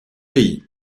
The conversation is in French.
pays